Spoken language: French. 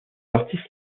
artistes